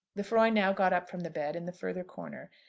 lefroy now got up from the bed in the further corner,